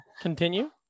Continue